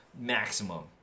maximum